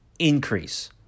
increase